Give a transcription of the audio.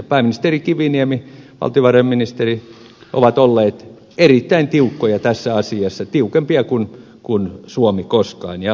pääministeri kiviniemi valtiovarainministeri ovat olleet erittäin tiukkoja tässä asiassa tiukempia kuin suomi koskaan ja hyvä näin